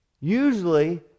Usually